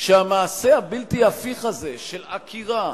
שהמעשה הבלתי-הפיך הזה, של עקירה,